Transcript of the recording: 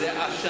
זה 100 שנה.